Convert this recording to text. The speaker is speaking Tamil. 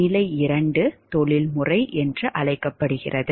நிலை 2 தொழில்முறை என்று அழைக்கப்படுகிறது